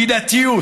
מידתיות.